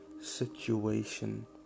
situation